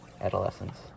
adolescence